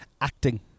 Acting